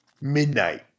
midnight